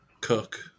cook